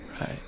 Right